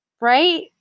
Right